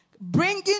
bringing